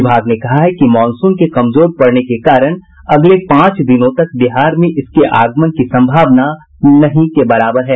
विभाग ने कहा है कि मॉनसून के कमजोर पड़ने के कारण अगले पांच दिनों तक बिहार में इसके आगमन की सम्भावना नहीं के बराबर है